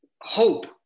hope